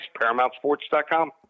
ParamountSports.com